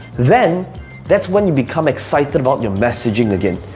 then that's when you become excited about your messaging again.